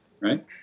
right